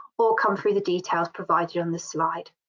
or come through the details provided on this slide.